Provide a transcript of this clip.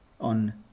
on